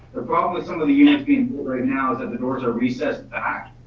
the problem with some of the units being built right now is that the doors are recessed back.